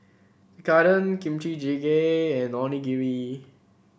Tekkadon Kimchi Jjigae and Onigiri